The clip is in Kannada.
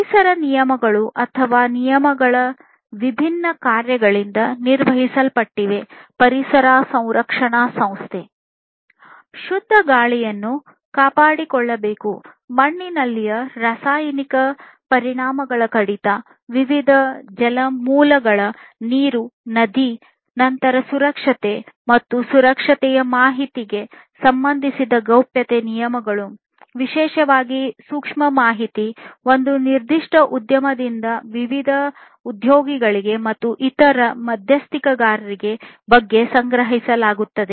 ಪರಿಸರ ನಿಯಮಗಳು ಅಥವಾ ನಿಯಮಗಳು ವಿಭಿನ್ನ ಕಾರ್ಯಗಳಿಂದ ನಿರ್ವಹಿಸಲ್ಪಡುತ್ತವೆ ಪರಿಸರ ಸಂರಕ್ಷಣಾ ಸಂಸ್ಥೆಯು ಶುದ್ಧ ಗಾಳಿಯನ್ನು ಕಾಪಾಡಿಕೊಳ್ಳುವುದು ಮಣ್ಣಿನಲ್ಲಿನ ರಾಸಾಯನಿಕ ಪರಿಣಾಮಗಳ ಕಡಿತ ವಿವಿಧ ಜಲಮೂಲಗಳ ನದಿ ನೀರು ನಂತರ ಸುರಕ್ಷತೆ ಮತ್ತು ಸುರಕ್ಷತೆಯ ಮಾಹಿತಿಗೆ ಸಂಬಂಧಿಸಿದ ಗೌಪ್ಯತೆ ನಿಯಮಗಳು ವಿಶೇಷವಾಗಿ ಸೂಕ್ಷ್ಮ ಮಾಹಿತಿ ಒಂದು ನಿರ್ದಿಷ್ಟ ಉದ್ಯಮದಿಂದ ವಿವಿಧ ಉದ್ಯೋಗಿಗಳು ಮತ್ತು ಇತರ ಮಧ್ಯಸ್ಥಗಾರರ ಬಗ್ಗೆ ಸಂಗ್ರಹಿಸಲಾಗುತ್ತದೆ